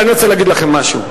אני רוצה להגיד לכם משהו,